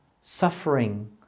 suffering